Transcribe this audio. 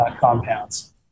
compounds